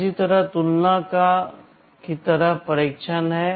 इसी तरह तुलना की तरह परीक्षण है